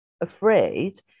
afraid